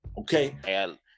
Okay